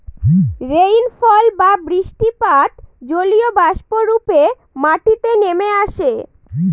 rainfall বা বৃষ্টিপাত জলীয়বাষ্প রূপে মাটিতে নেমে আসে